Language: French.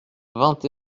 vingt